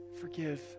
forgive